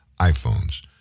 iPhones